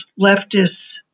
leftists